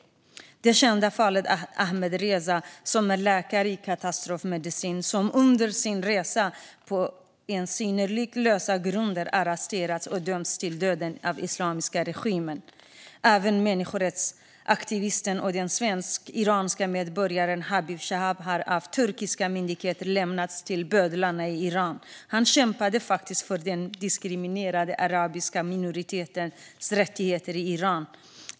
Vi har det kända fallet med Ahmadreza, som är läkare i katastrofmedicin och som under en resa arresterades på synnerligen lösa grunder och dömdes till döden av den islamiska regimen. Även människorättsaktivisten och den svenskiranske medborgaren Habib Chaab har av turkiska myndigheter lämnats till bödlarna i Iran. Han kämpade för den diskriminerade arabiska minoritetens rättigheter i Iran.